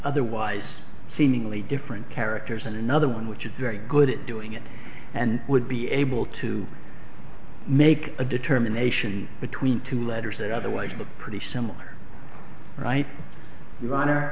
otherwise seemingly different characters and another one which is very good at doing it and would be able to make a determination between two letters that are otherwise but pretty similar right